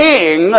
King